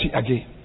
again